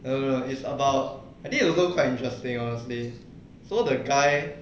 err it's about I think it's also quite interesting honestly so the guy